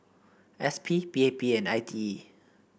S P P A P and I T E